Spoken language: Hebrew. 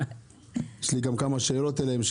יש לי גם כמה שאלות אליהם.